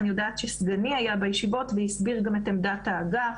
אני יודעת שסגני היה בישיבות והסביר גם את עמדת האגף.